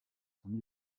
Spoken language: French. son